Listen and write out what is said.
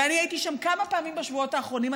ואני הייתי שם כמה פעמים בשבועות האחרונים,